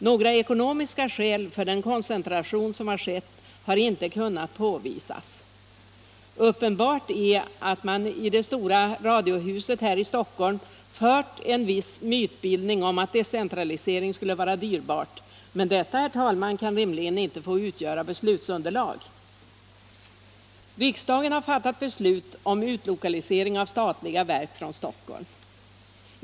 Några ekonomiska skäl för den koncentration som har skett har inte kunnat påvisas. Uppenbart är att man i det stora radiohuset här i Stockholm fört en viss mytbildning om att decentralisering skulle vara dyrbart, men detta, herr talman, kan rimligen inte få utgöra beslutsunderlag. Riksdagen har fattat beslut om utlokalisering av statliga verk från Stockholm.